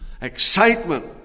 excitement